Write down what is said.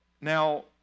Now